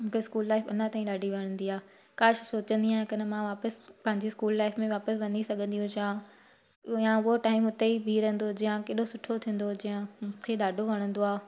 मूंखे school life अञा ताईं ॾाढी वणंदी आहे काश सोचंदी आहियां कॾहिं मां वापसि पांजी स्कूल लाइफ में वापसि वञी सघंदी हुजां आ या उहो टाइम हुते ई बिहु रहंदो हुजे आ केॾो सुठो थींदो हुजे आ मूंखे ॾाढो वणंदो आहे